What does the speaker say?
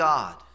God